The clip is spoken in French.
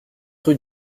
rue